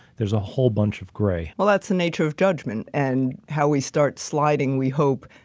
there's a whole bunch of gray. well, that's the nature of judgment and how we start sliding, we hope,